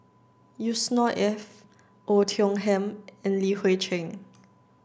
Yusnor Ef Oei Tiong Ham and Li Hui Cheng